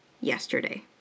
yesterday